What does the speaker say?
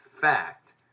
fact